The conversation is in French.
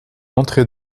entrée